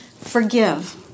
Forgive